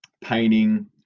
painting